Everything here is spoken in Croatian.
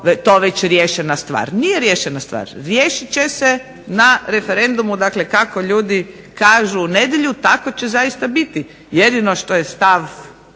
to već riješena stvar. Nije riješena stvar. Riješit će se na referendumu, dakle kako ljudi kažu u nedjelju tako će zaista biti. Jedino što je stav